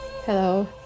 Hello